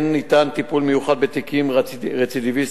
כן ניתן טיפול מיוחד בתיקים רצידיביסטיים,